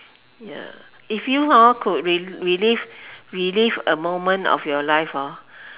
ya if you hor could re~ relive relive a moment of your life hor